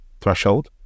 threshold